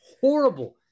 Horrible